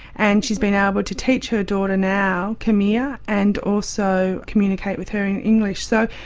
and she's been able to teach her daughter now khmer, and also communicate with her in english. so,